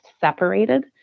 separated